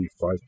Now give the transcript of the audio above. five